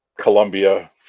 Colombia